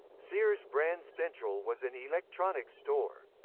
sears brand central was an electronics store.